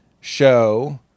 show